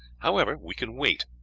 however, we can wait,